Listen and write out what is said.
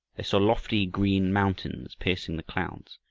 they saw lofty green mountains piercing the clouds.